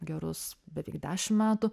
gerus beveik dešim metų